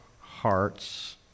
hearts